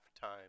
time